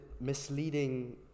misleading